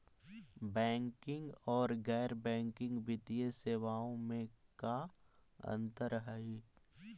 Banking और गैर banking वित्तीय सेवाओं में का अंतर हइ?